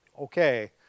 Okay